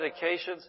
medications